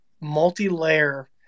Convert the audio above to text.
multi-layer